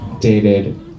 dated